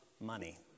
money